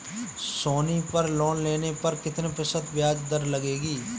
सोनी पर लोन लेने पर कितने प्रतिशत ब्याज दर लगेगी?